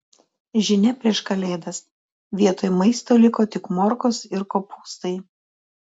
žinia prieš kalėdas vietoj maisto liko tik morkos ir kopūstai